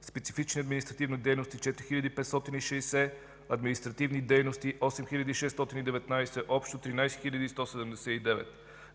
специфични административни дейности – 4560; административни дейности – 8619; общо – 13 179.